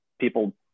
People